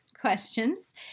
questions